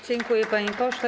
Dziękuję, panie pośle.